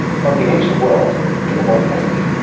from the ancient world to the modern age